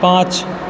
पाँच